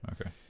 Okay